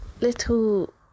little